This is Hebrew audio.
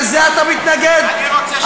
ואז מתחילים לתת את הדוגמאות מארצות-הברית.